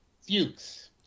Fuchs